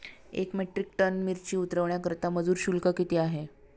एक metric ton मिरची उतरवण्याकरता मजूर शुल्क किती आहे?